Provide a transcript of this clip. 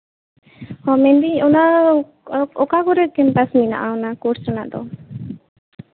ᱢᱮᱱᱫᱟᱹᱧ ᱚᱱᱟ ᱚᱠᱟ ᱠᱚᱨᱮ ᱠᱮᱢᱯᱟᱥ ᱢᱮᱱᱟᱜᱼᱟ ᱚᱱᱟ ᱠᱳᱨᱥ ᱨᱮᱱᱟᱜ ᱫᱚ